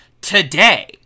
today